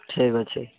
ଠିକ୍ ଅଛି